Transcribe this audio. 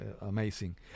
amazing